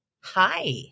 Hi